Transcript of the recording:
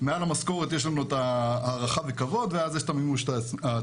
מעל המשכורת יש לנו הערכה וכבוד ואז יש את המימוש העצמי.